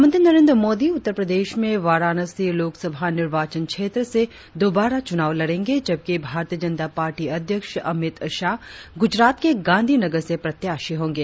प्रधानमंत्री नरेंद्र मोदी उत्तर प्रदेश में वाराणसी लोकसभा निर्वाचन क्षेत्र से दोबारा चुनाव लड़ेंगे जबकि भारतीय जनता पार्टी अध्यक्ष अमित शाह गुजरात के गांधी नगर से प्रत्याशी होंगे